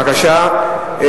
בבקשה,